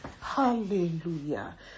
Hallelujah